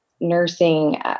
nursing